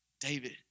David